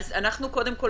קודם כול,